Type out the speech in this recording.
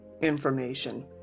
information